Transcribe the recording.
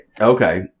Okay